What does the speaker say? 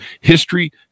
history